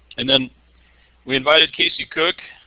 and then we invited casey cook,